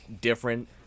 different